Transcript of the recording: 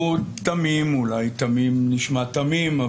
הוא תמים אולי תמים נשמע תמים.